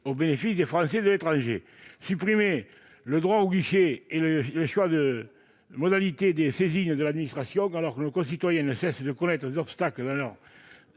au bénéfice des Français de l'étranger. Supprimer le « droit au guichet » et le choix des modalités des saisines de l'administration, alors que nos concitoyens ne cessent de rencontrer des obstacles